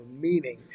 meaning